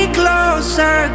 closer